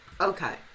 Okay